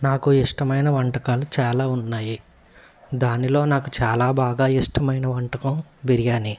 నాకు ఇష్టమైన వంటకాలు చాలా ఉన్నాయి దానిలో నాకు చాలా బాగా ఇష్టమైన వంటకం బిర్యాని